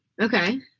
Okay